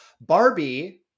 Barbie